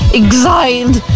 exiled